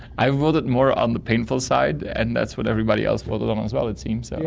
i voted more on the painful side and that's what everybody else voted um as well, it seems. so